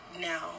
Now